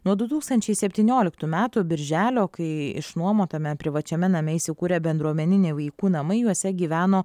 nuo du tūkstančiai septynioliktų metų birželio kai išnuomotame privačiame name įsikūrė bendruomeniniai vaikų namai juose gyveno